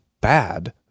bad